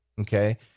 Okay